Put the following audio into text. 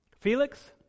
Felix